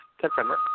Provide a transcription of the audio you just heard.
September